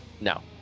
No